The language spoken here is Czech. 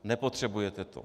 Nepotřebujete to!